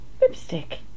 Lipstick